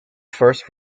first